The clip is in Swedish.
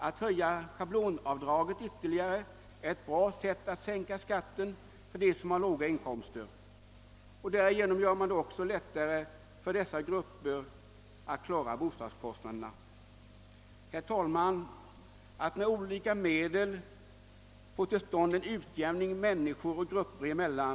Att höja schablonavdraget ytterligare är ett bra sätt att sänka skatten för dem som har låga inkomster. Därigenom gör man det lättare för dessa grupper att klara bl.a. bostadskostnaderna. Herr talman! Jag anser att den största uppgiften framöver är att med olika medel få till stånd en utjämning människor och grupper emellan.